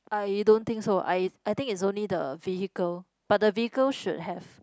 I don't think so I I think it's only the vehicle but the vehicle should have